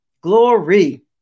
glory